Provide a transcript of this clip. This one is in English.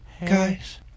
Guys